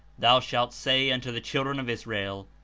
thou shalt say unto the children of israel,